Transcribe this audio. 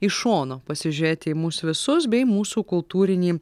iš šono pasižiūrėti į mus visus bei mūsų kultūrinį